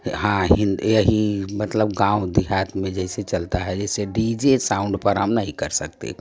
हाँ हिंद यही मतलब गाँव देहात में जैसे चलता है ऐसे डी जे साउंड पर हम नहीं कर सकते